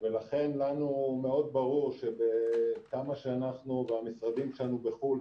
ולכן לנו מאוד ברור שכמה שאנחנו והמשרדים שלנו בחו"ל,